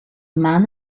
man